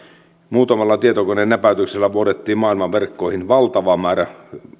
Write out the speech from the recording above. muutamalla tietokoneen näpäytyksellä vuodettiin maailman verkkoihin valtava määrä